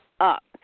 up